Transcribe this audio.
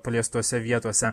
paliestose vietose